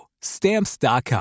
stamps.com